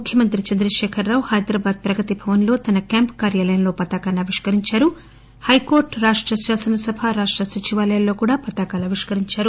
ముఖ్యమంత్రి చంద్రశేఖరరావు హైదరాబాద్ ప్రగతి భవన్ లో తన క్యాంప్ కార్యాలయంలో పతాకాన్ని ఆవిష్కరించారు హైకోర్టు రాష్ట్ర శాసనసభ రాష్ట్ర సచివాలయంలో కూడా పతాకాలు ఆవిష్కరించారు